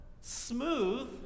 smooth